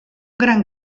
gran